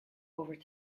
over